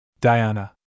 Diana